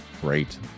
great